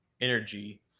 energy